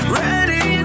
ready